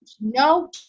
No